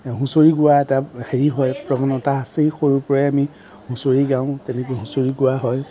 হুঁচৰি গোৱা এটা হেৰি হয় প্ৰৱণতা আছেই সৰু পৰাই আমি হুচৰি গাওঁ তেনেকৈ হুঁচৰি গোৱা হয়